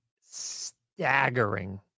staggering